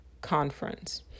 conference